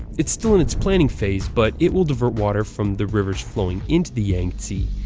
it's still in its planning phase, but it will divert water from the rivers flowing into the yangtze,